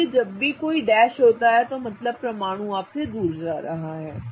इसलिए जब भी कोई डैश होता है परमाणु आपसे दूर चला जाता है